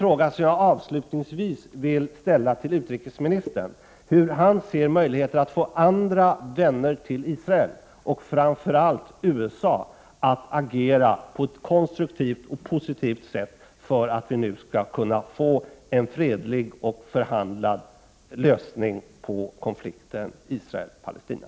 Jag vill avslutningsvis ställa en fråga till utrikesministern om hur han ser på möjligheten att få andra vänner till Israel, framför allt USA, att agera på ett konstruktivt och positivt sätt för att det nu skall kunna bli en fredlig och Prot. 1988/89:24